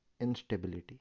instability